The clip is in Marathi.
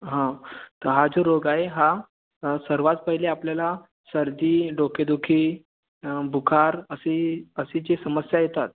हां तर हा जो रोग आहे हा सर्वात पहिले आपल्याला सर्दी डोकेदुखी बुखार अशा अशा जी समस्या येतात